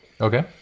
Okay